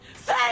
Say